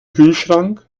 kühlschrank